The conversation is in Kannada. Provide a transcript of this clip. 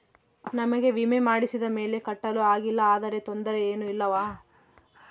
ನಮಗೆ ವಿಮೆ ಮಾಡಿಸಿದ ಮೇಲೆ ಕಟ್ಟಲು ಆಗಿಲ್ಲ ಆದರೆ ತೊಂದರೆ ಏನು ಇಲ್ಲವಾ?